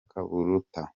kaburuta